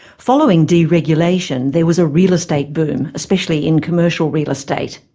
following deregulation there was a real estate boom, especially in commercial real estate.